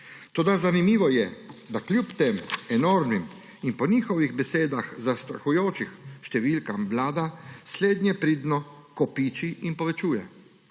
Toda zanimivo je, da kljub tem enormnim in po njihovih besedah zastrahujočim številkam vlada slednje pridno kopiči in povečuje.